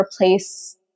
replace